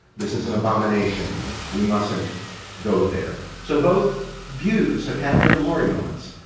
this is an abomination we mustn't go there. so, both views have had their glory moments,